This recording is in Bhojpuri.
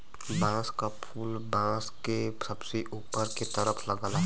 बांस क फुल बांस के सबसे ऊपर के तरफ लगला